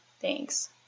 thanks